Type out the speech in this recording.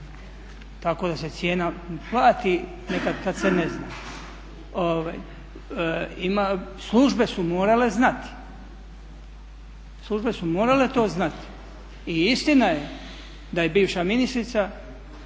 tako da se cijena plati nekad kad se ne zna. Službe su morale znati. I istina je da je bivša ministrica